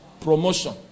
promotion